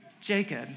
Jacob